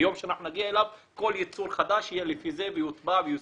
ביום שנגיע אליו כל ייצור חדש יהיה לפי זה ויוטבע ויסומן.